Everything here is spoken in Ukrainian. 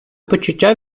почуття